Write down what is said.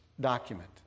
document